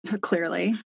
clearly